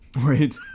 Right